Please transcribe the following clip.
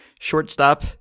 Shortstop